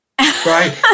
right